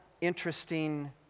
interesting